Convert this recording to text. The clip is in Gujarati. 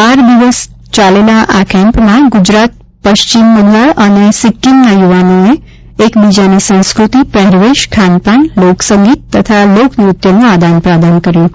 બાર દિવસ સુધી ચાલેલા આ કેમ્પમાં ગુજરાત પશ્ચિમ બંગાળ અને સિક્કમના યુવાનોએ એકબીજાની સંસ્કૃતિ પહેરવેશ ખાનપાન લોકસંગીત તથા લોકન્રત્યનું આદાનપ્રદાન કર્યું હતું